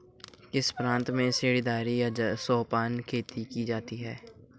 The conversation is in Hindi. किस प्रांत में सीढ़ीदार या सोपानी खेती की जाती है?